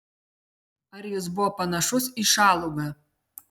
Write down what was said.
ar jis buvo panašus į šalugą